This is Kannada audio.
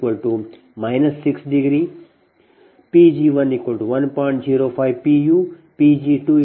u L21